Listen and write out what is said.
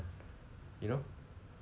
you know